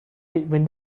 between